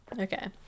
okay